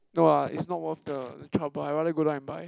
no lah it's not worth the trouble I rather go down and buy